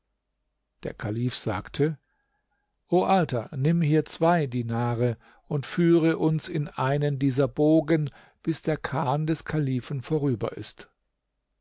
der kalif sagte o alter nimm hier zwei dinare und führe uns in einen dieser bogen bis der kahn des kalifen vorüber ist